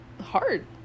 hard